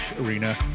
arena